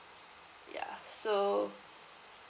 ya so